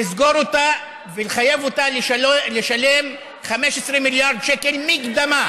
לסגור אותה ולחייב אותה לשלם 15 מיליארד שקל מקדמה,